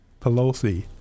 Pelosi